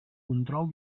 control